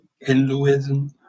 Hinduism